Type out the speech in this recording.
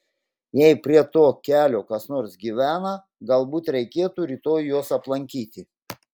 jei prie to kelio kas nors gyvena galbūt reikėtų rytoj juos aplankyti